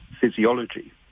physiology